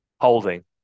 holding